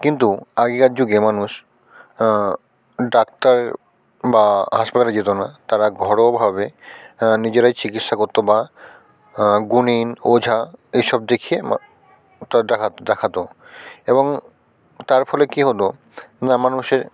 কিন্তু আগেকার যুগে মানুষ ডাক্তার বা হাসপাতালে যেত না তারা ঘরোয়াভাবে নিজেরাই চিকিৎসা করত বা গুণিন ওঝা এসব দেখিয়ে ম ডাক্তার দেখাত এবং তার ফলে কী হল না মানুষের